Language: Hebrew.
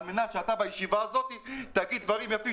על מנת שאתה בישיבה הזו תגיד דברים יפים